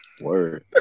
Word